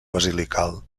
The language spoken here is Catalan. basilical